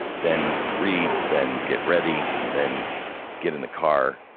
then read, then get ready, then get in the car.